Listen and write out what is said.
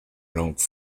langue